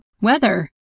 weather